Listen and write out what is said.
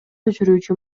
өчүрүүчү